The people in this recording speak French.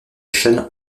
sean